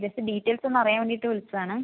just details ഒന്ന് അറിയാൻ വേണ്ടീട്ട് വിളിച്ചതാണ്